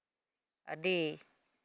ᱟᱹᱰᱤ